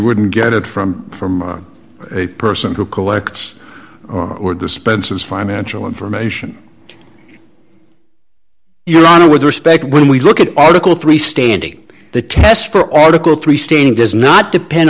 wouldn't get it from from a person who collects or dispensers financial information your honor with respect when we look at article three standing the test for all three standing does not depend